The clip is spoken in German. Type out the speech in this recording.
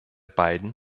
beiden